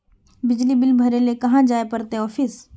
बिजली बिल भरे ले कहाँ जाय पड़ते ऑफिस?